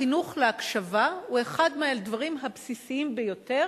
החינוך להקשבה הוא אחד מהדברים הבסיסיים ביותר